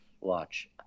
watch